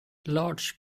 large